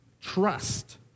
trust